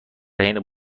حین